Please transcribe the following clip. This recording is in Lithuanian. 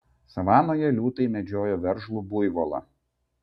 savanoje liūtai medžiojo veržlų buivolą